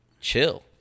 chill